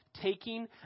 Taking